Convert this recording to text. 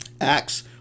Acts